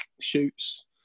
shoots